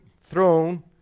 throne